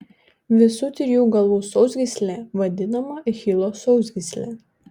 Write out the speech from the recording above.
visų trijų galvų sausgyslė vadinama achilo sausgysle